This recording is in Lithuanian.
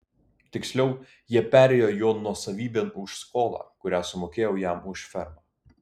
tiksliau jie perėjo jo nuosavybėn už skolą kurią sumokėjau jam už fermą